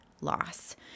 loss